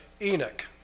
Enoch